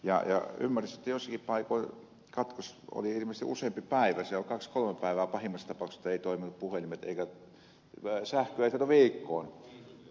ymmärsin että joissakin paikoin katkos oli ilmeisesti useampia päiviä kahteen kolmeen päivään pahimmassa tapauksessa puhelimet eivät toimineet eikä sähköä saatu viikkoon